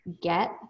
get